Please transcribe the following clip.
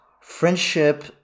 friendship